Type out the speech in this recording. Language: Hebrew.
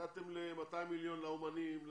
נתתם 200 מיליון לאומנים.